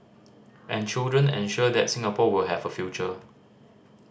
and children ensure that Singapore will have a future